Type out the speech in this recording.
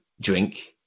drink